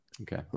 Okay